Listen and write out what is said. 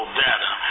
data